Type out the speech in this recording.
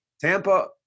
Tampa